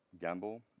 gamble